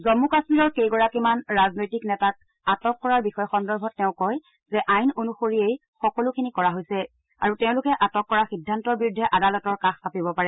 জমু কাশ্মীৰৰ কেইগৰাকীমান ৰাজনৈতিক নেতাক আটক কৰা বিষয় সন্দৰ্ভত তেওঁ কয় যে আইন অনুসৰিয়েই সকলো খিনি কৰা হৈছে আৰু তেওঁলোকে আটক কৰাৰ সিদ্ধান্তৰ বিৰুদ্ধে আদালতৰ কাষ চাপিব পাৰে